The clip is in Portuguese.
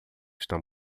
estão